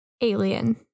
alien